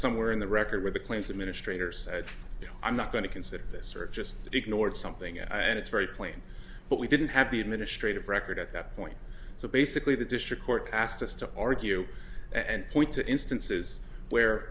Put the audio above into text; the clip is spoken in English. somewhere in the record where the claims administrator said i'm not going to consider this or just ignored something and it's very plain but we didn't have the administrative record at that point so basically the district court asked us to argue and point to instances where